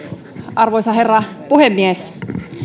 arvoisa herra puhemies